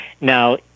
Now